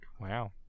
Wow